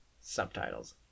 Subtitles